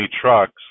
trucks